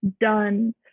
done